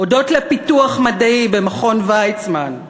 הודות לפיתוח מדעי במכון ויצמן.